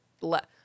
let